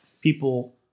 people